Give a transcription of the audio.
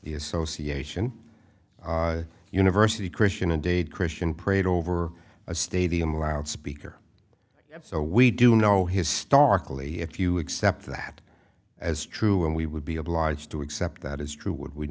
the association university christian a dade christian prayed over a stadium loudspeaker so we do know historically if you accept that as true and we would be obliged to accept that is true would w